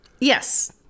Yes